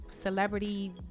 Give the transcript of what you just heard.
celebrity